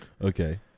Okay